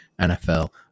NFL